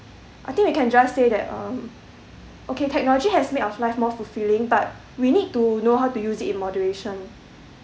I think we can just say that um okay technology has made of life more fulfilling but we need to know how to use it in moderation